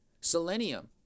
selenium